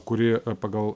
kuri pagal